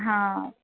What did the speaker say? હા